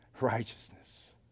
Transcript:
righteousness